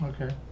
okay